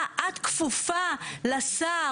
אני אסביר למה הצענו נוסח